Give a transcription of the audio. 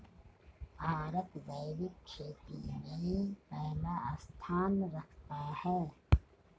भारत जैविक खेती में पहला स्थान रखता है